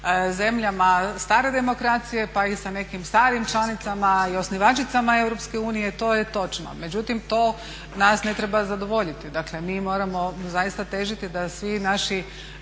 zemljama stare demokracije pa i sa nekim starim članicama i osnivačicama EU, to je točno. Međutim to nas ne treba zadovoljiti, dakle mi moramo zaista težiti da svi naši